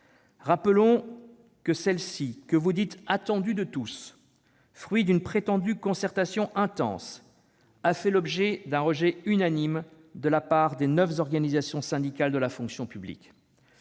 Rappelons que ce texte, que vous dites attendu de tous, fruit d'une prétendue concertation intense, a fait l'objet d'un rejet unanime de la part des neuf organisations syndicales de la fonction publique.